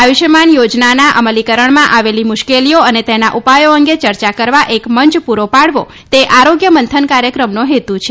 આયુષ્માન યોજનાના અમલીકરણમાં આવેલી મૃશ્કેલીઓ અને તેના ઉપાયો અંગે ચર્ચા કરવા એક મંય પુરો પાડવો તે આરોગ્ય મંથન કાર્યક્રમનો હેતુ છે